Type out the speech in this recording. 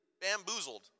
bamboozled